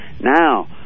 Now